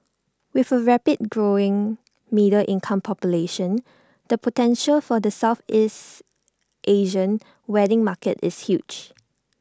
with A rapidly growing middle income population the potential for the Southeast Asian wedding market is huge